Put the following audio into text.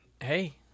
hey